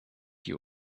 you